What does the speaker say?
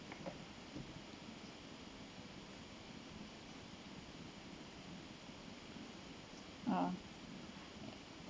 ah